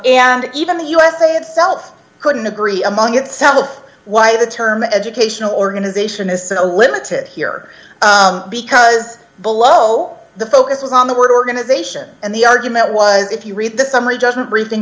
and even the usa itself couldn't agree among itself why the term educational organisation is still limited here because below the focus was on the word organisation and the argument was if you read the summary judgment reading